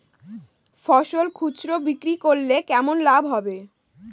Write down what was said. ফসল খুচরো বিক্রি করলে কেমন লাভ হবে?